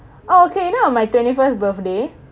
oh okay that was my twenty first birthday